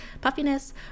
puffiness